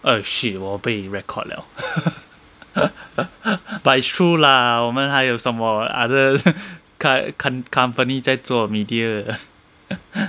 oh shit 我被 record 了 but it's true lah 我们还有什么 other car~ car~ company 在做 media